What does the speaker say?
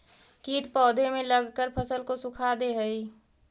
कीट पौधे में लगकर फसल को सुखा दे हई